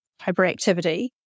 hyperactivity